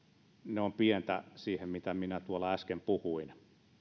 ne ovat pientä siihen verrattuna mitä minä tuolla äsken puhuin